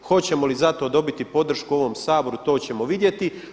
Hoćemo li za to dobiti podršku u ovom Saboru, to ćemo vidjeti.